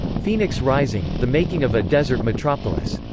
phoenix rising the making of a desert metropolis.